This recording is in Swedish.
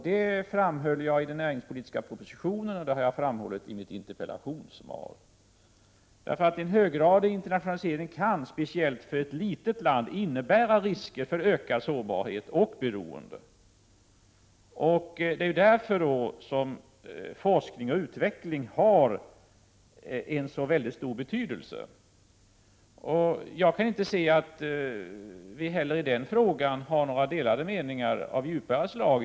Det framhöll jag i den näringspolitiska propositionen, och det har jag framhållit i mitt interpellationssvar. En höggradig internationalisering kan speciellt för ett litet land innebära risker för ökad sårbarhet och beroende. Det är därför forskning och utveckling har så stor betydelse. Jag kan inte finna att Jörn Svensson och jag i den frågan heller har några delade meningar av djupare slag.